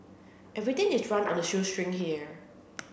everything is run on the shoestring here